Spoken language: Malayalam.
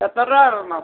എത്ര രൂപ തരണം